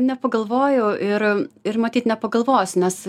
nepagalvoju ir ir matyt nepagalvos nes